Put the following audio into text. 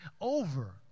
over